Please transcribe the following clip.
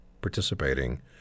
participating